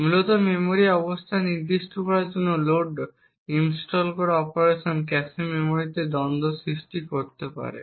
মূলত মেমরির অবস্থান নির্দিষ্ট করার জন্য লোড ইনস্টল করা অপারেশন ক্যাশে মেমরিতে দ্বন্দ্ব সৃষ্টি করতে পারে